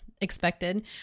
expected